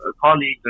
colleagues